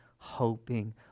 Hoping